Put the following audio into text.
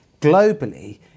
globally